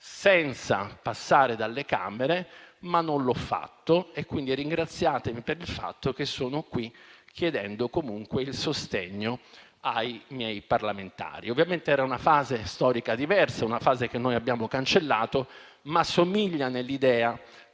senza passare dalle Camere, ma non l'ho fatto e quindi ringraziatemi per il fatto che sono qui, chiedendo comunque il sostegno ai miei parlamentari. Ovviamente era una fase storica diversa, una fase che noi abbiamo cancellato, ma vi assomiglia nell'idea